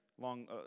long